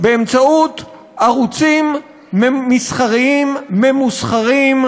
באמצעות ערוצים מסחריים ממוסחרים,